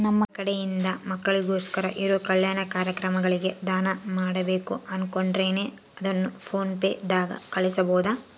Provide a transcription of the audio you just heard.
ನಮ್ಮ ಕಡೆಯಿಂದ ಮಕ್ಕಳಿಗೋಸ್ಕರ ಇರೋ ಕಲ್ಯಾಣ ಕಾರ್ಯಕ್ರಮಗಳಿಗೆ ದಾನ ಮಾಡಬೇಕು ಅನುಕೊಂಡಿನ್ರೇ ಅದನ್ನು ಪೋನ್ ಪೇ ದಾಗ ಕಳುಹಿಸಬಹುದಾ?